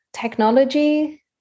technology